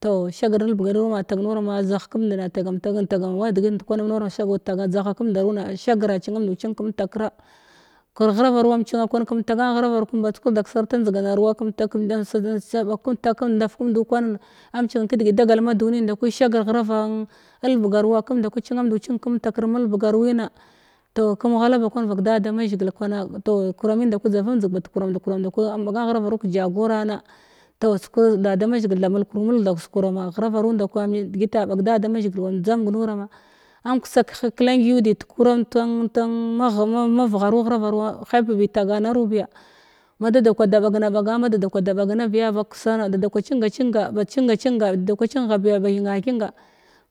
Toh shagr nelbegaru ama taga nuama zah kamnd na tagaru tage tagam wa degit ndkwana am nuram sagau dzaha kamnda runa shagra vinnamndu cing kəmtakra kur ghravaru am cinna kwan kəm taga nghara var kəm badzkurda kadasarta njdigana ruwa am cinna kedegit dagal ma duni nda kwi shagr ghravan elbegaruwa kamnda kwi cinamndu kemtajr mali baga ruwina toh kamghala ba kwan vak da da mazhigila kwana kuramun ndakai toh kura nimndaku dzam vəm dzig bad kuam da ƙuram nda kwi am bagan thra varu kəjagora na toh da da mazhigil tha mulkuru mulg tha kuskurama ghravaru ndkwa me degit a ɓag da da mazhigil wam dzamg nurama am kasa heh kəlangyi udi takar tan-tan-maghr mavgharu ghrava ruwa haip bi taga naru biya ma dada kwa d ɓag na ɓaga cinga xinga ba cinga cinga da da kwa cinghabiya ba thenathenga